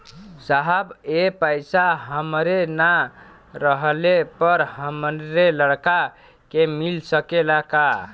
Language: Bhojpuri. साहब ए पैसा हमरे ना रहले पर हमरे लड़का के मिल सकेला का?